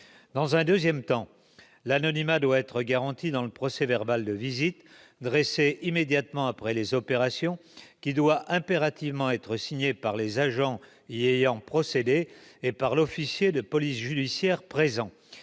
Ensuite, l'anonymat doit être garanti dans le procès-verbal de visite dressé immédiatement après les opérations, qui doit impérativement être signé par les agents y ayant procédé et par l'officier de police judiciaire présent.